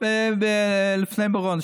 שעות לפני מירון,